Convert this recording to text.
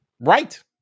Right